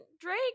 Drake